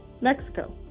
Mexico